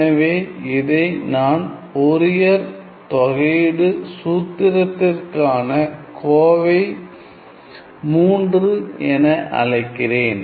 எனவே இதை நான் ஃபோரியர் தொகை சூத்திரத்திற்கான கோவை 3 என அழைக்கிறேன்